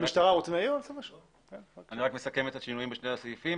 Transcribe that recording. אני מסכם את השינויים בשני הסעיפים.